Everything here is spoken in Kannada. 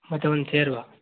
ಮತ್ತೆ ಒಂದು ಸೇರುವ